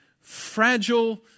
fragile